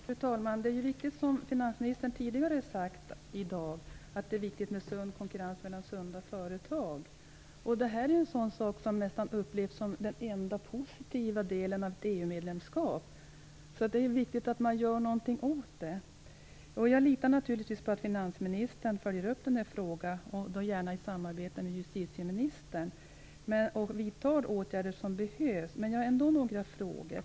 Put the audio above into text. Fru talman! Det är riktigt som finansministern har sagt tidigare i dag, nämligen att det är viktigt med sund konkurrens mellan sunda företag. Det här är en sådan sak som nästan upplevs som den enda positiva delen med ett EU-medlemskap. Det är viktigt att man gör något åt det. Jag litar naturligtvis på att finansministern följer upp den här frågan, gärna i samarbete med justitieministern, och vidtar de åtgärder som behövs. Jag har ändock några frågor.